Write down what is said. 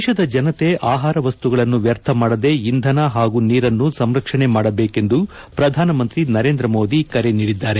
ದೇಶದ ಜನತೆ ಆಹಾರ ವಸ್ತುಗಳನ್ನು ವ್ವರ್ಥ ಮಾಡದೇ ಇಂಧನ ಹಾಗೂ ನೀರನ್ನು ಸಂರಕ್ಷಣೆ ಮಾಡಬೇಕೆಂದು ಪ್ರಧಾನ ಮಂತ್ರಿ ನರೇಂದ್ರ ಮೋದಿ ಕರೆ ನೀಡಿದ್ದಾರೆ